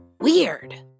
Weird